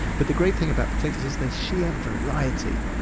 but the great thing about potatoes is the sheer variety.